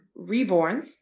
reborns